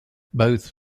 both